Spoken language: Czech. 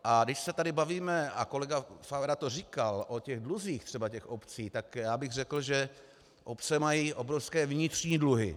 A když se tady bavíme, a kolega Pavera to říkal, o těch dluzích třeba těch obcí, tak bych řekl, že obce mají obrovské vnitřní dluhy.